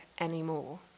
anymore